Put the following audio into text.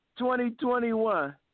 2021